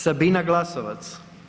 Sabina Glasovac.